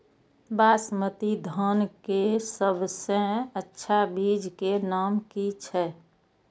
बासमती धान के सबसे अच्छा बीज के नाम की छे?